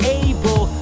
able